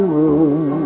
room